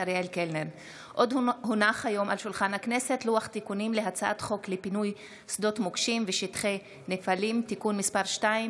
לוח תיקונים להצעת חוק לפינוי שדות מוקשים ושטחי נפלים (תיקון מס' 2),